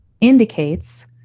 indicates